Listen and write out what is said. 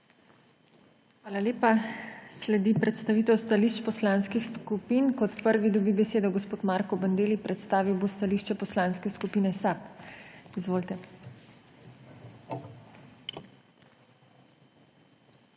Hvala lepa. Sledi predstavitev stališč poslanskih skupin. Prvi dobi besedo gospod Marko Bandelli, ki bo predstavil stališče Poslanske skupine SAB. MARKO